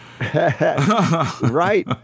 Right